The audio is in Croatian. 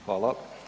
Hvala.